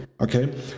okay